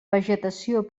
vegetació